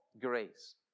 Grace